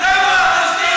אתה מייצג,